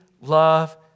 love